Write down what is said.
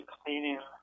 cleaning